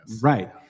Right